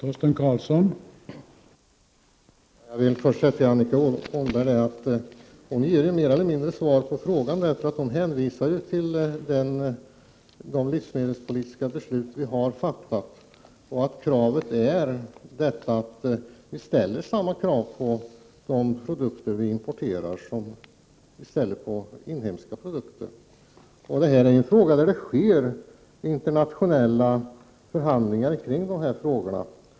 Herr talman! Jag vill först säga till Annika Åhnberg att hon mer eller mindre ger svar på frågan själv, när hon hänvisar till de livsmedelspolitiska beslut vi har fattat. Vi ställer alltså samma krav på de produkter vi importerar som på inhemska produkter. Det här är en fråga där det sker internationella förhandlingar.